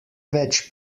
več